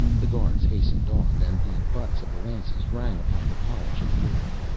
the guards hastened on, and the butts of the lances rang upon the polished floor.